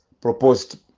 proposed